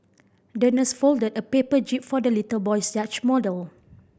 the nurse folded a paper jib for the little boy's yacht model